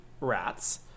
rats